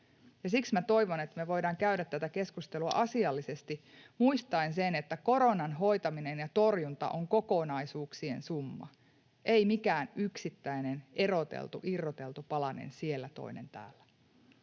Siksi toivon, että me voidaan käydä tätä keskustelua asiallisesti, muistaen, että koronan hoitaminen ja torjunta on kokonaisuuksien summa, ei mikään yksittäinen, eroteltu, irroteltu palanen siellä, toinen täällä.